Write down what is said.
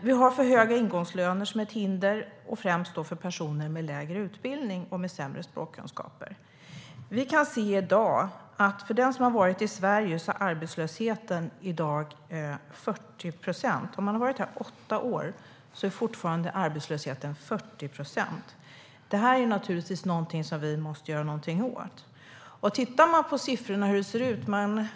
Vi har för höga ingångslöner som ett hinder, främst för personer med lägre utbildning och sämre språkkunskaper. Vi kan se att bland dem som har varit i Sverige i åtta är arbetslösheten i dag fortfarande 40 procent. Det här är naturligtvis någonting som vi måste göra någonting åt. Vi kan titta på siffrorna.